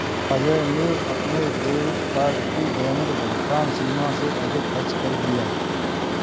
अजय ने अपने debit card की दैनिक भुगतान सीमा से अधिक खर्च कर दिया